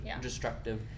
destructive